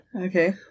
Okay